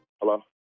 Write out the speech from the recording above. Hello